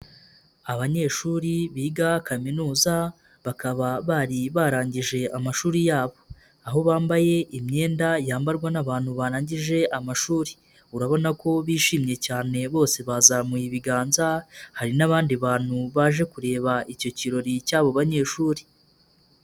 Abanyeshuri biga kaminuza, bakaba bari barangije amashuri yabo. Aho bambaye imyenda yambarwa n'abantu barangije amashuri. Urabona ko bishimye cyane bose bazamuye ibiganza, hari n'abandi bantu baje kureba icyo kirori cy'abo banyeshuri.